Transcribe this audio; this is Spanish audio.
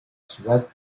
ciudad